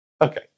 Okay